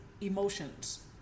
emotions